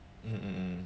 mmhmm